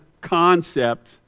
concept